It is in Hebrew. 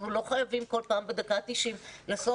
אנחנו לא חייבים כל פעם בדקה ה-90 להלחיץ